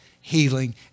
healing